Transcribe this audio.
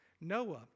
Noah